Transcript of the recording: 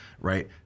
right